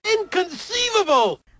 Inconceivable